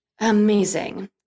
Amazing